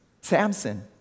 Samson